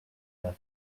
neuf